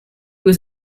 was